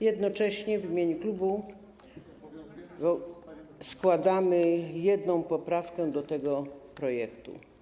Jednocześnie w imieniu klubu składamy jedną poprawkę do tego projektu.